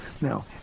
Now